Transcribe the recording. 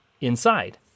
inside